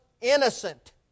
innocent